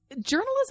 journalism